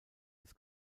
des